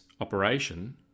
operation